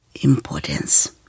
importance